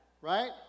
Right